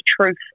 truth